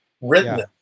written